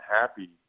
happy